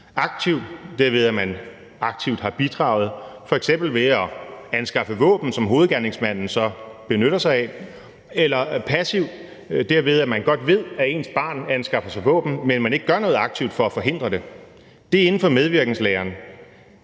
Aktiv er den, ved at man aktivt har bidraget, f.eks. ved at anskaffe våben, som hovedgerningsmanden så benytter sig af, og passiv er den, ved at man godt ved, at ens barn anskaffer sig våben, men at man ikke gør noget aktivt for at forhindre det. Det er inden for medvirkenslæren,